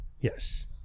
Yes